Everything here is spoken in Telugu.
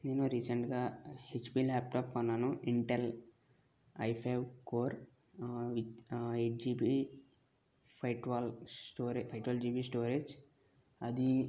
నేను రీసెంటుగా హెచ్పి లాప్టాప్ కొన్నాను Intel i five core with eight GB five twelve store five twelve GB storage అది